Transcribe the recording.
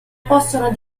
possono